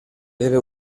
debe